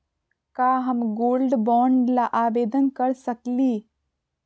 का हम gold bond ल आवेदन कर सकली?